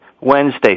Wednesday